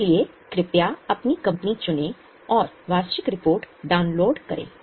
इसलिए कृपया अपनी कंपनी चुनें और वार्षिक रिपोर्ट डाउनलोड करें